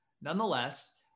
Nonetheless